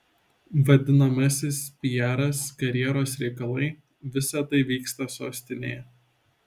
vadinamasis piaras karjeros reikalai visa tai vyksta sostinėje